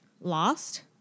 lost